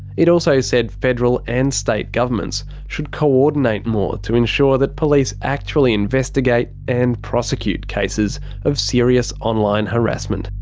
it also said federal and state governments should coordinate more to ensure that police actually investigate and prosecute cases of serious online harassment.